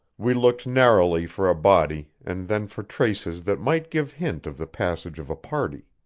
we looked narrowly for a body, and then for traces that might give hint of the passage of a party.